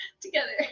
together